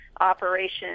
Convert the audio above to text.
operation